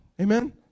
Amen